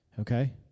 Okay